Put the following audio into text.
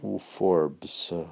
Forbes